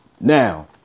Now